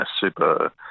super